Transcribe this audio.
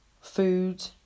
food